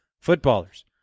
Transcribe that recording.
footballers